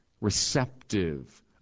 receptive